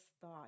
thought